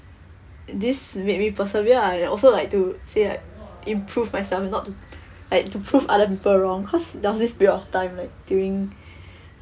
this make me persevere ah also like to say like improve myself not to like to prove other people wrong cause there was this period of time like during